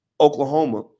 Oklahoma